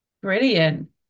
Brilliant